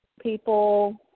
people